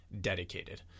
dedicated